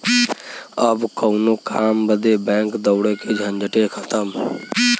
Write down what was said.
अब कउनो काम बदे बैंक दौड़े के झंझटे खतम